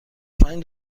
پنج